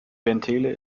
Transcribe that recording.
bentele